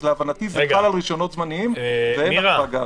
להבנתי זה חל על רישיונות זמניים ואין החרגה.